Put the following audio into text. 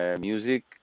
music